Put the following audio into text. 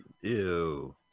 ew